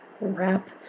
wrap